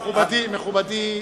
מכובדי,